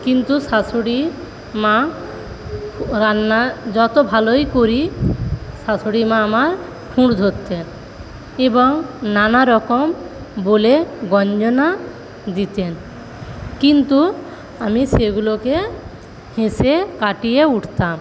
কিন্তু শাশুড়িমা রান্না যত ভালোই করি শাশুড়িমা আমার খুঁত ধরতেন এবং নানারকম বলে গঞ্জনা দিতেন কিন্তু আমি সেগুলোকে হেসে কাটিয়ে উঠতাম